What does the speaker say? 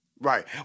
Right